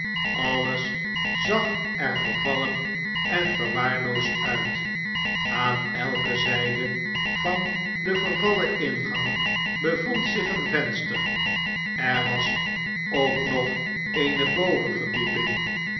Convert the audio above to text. akes zag er vervallen en verwaarloosd uit aan elke zijde van den vervallen ingang bevond zich een venster er was ook nog eene bovenverdieping